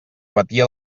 batia